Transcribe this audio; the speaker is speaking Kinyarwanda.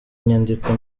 nyandiko